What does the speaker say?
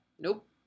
nope